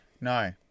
No